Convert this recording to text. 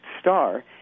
star